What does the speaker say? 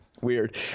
Weird